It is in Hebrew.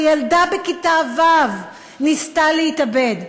וילדה בכיתה ו' ניסתה להתאבד.